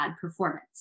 performance